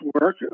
work